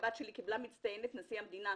הבת שלי קיבלה את אות מצטיינת נשיא המדינה.